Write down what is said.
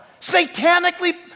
satanically